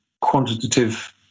quantitative